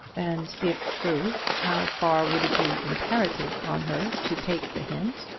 and if true, how far would it be imperative on her to take the hint,